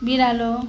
बिरालो